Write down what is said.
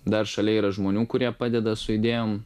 dar šalia yra žmonių kurie padeda su idėjom